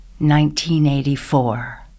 1984